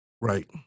Right